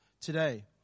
today